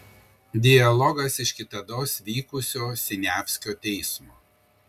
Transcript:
dialogas iš kitados vykusio siniavskio teismo